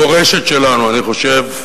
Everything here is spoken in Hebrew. המורשת שלנו, אני חושב,